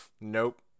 Nope